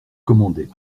commandait